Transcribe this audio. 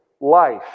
life